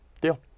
deal